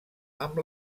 amb